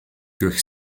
durch